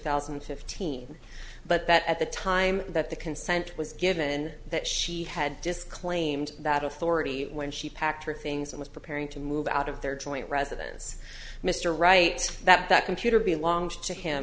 thousand and fifteen but that at the time that the consent was given that she had disclaimed that authority when she packed her things and was preparing to move out of their joint residence mr right that that computer belongs to him